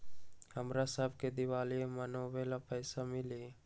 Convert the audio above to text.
हमरा शव के दिवाली मनावेला पैसा मिली?